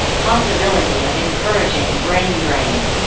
possibility of encouraging brain-drain.